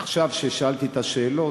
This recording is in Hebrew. עכשיו כששאלתי את השאלות,